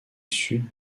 sud